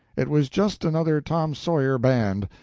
it was just another tom sawyer band,